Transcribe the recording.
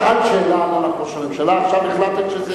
שאלת שאלה את ראש הממשלה, עכשיו החלטת שזה,